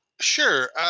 Sure